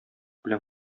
белән